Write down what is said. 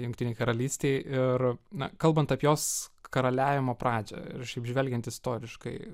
jungtinėj karalystėj ir na kalbant apie jos karaliavimo pradžią ir šiaip žvelgiant istoriškai